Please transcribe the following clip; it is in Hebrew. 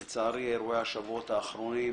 לצערי, אירועי השבועות האחרונים